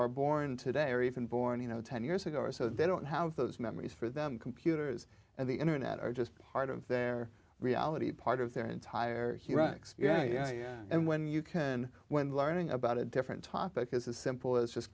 are born today or even born you know ten years ago or so they don't have those memories for them computers and the internet are just part of their reality part of their entire he writes and when you can when learning about a different topic is as simple as just